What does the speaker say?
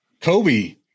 Kobe